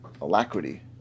alacrity